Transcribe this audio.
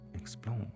explore